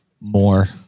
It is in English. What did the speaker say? more